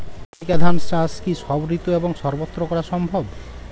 NERICA ধান চাষ কি সব ঋতু এবং সবত্র করা সম্ভব?